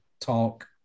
talk